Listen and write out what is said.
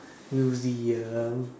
museum